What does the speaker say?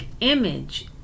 image